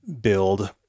build